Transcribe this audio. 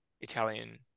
Italian